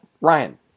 Ryan